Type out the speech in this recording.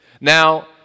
Now